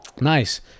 Nice